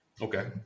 Okay